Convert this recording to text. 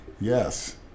Yes